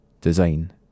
design